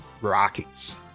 Rockies